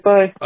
Bye